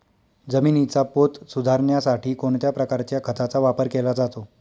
जमिनीचा पोत सुधारण्यासाठी कोणत्या प्रकारच्या खताचा वापर केला जातो?